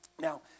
Now